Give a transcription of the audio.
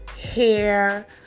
hair